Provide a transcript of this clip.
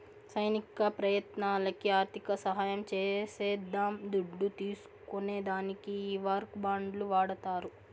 సైనిక ప్రయత్నాలకి ఆర్థిక సహాయం చేసేద్దాం దుడ్డు తీస్కునే దానికి ఈ వార్ బాండ్లు వాడతారు